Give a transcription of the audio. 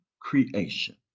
creation